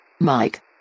mike